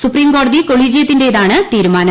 supreme കോടതി കൊളിജിയത്തിന്റേതാണ് തീരുമാനം